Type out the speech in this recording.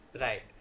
right